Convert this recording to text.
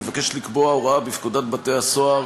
מבקשת לקבוע הוראה בפקודת בתי-הסוהר